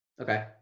okay